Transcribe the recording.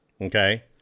Okay